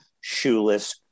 shoeless